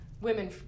women